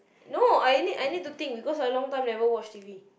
no I need to think because I long time never watch t_v